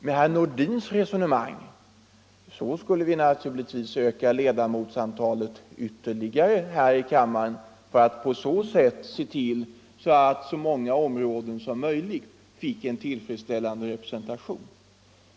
Med herr Nordins resonemang borde vi öka ledamotsantalet ytterligare här i kammaren för att på så sätt se till att så många områden som möjligt fick en tillfredsställande representation.